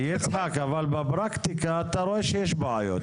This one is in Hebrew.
יצחק, אבל בפרקטיקה אתה רואה שיש בעיות.